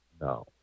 No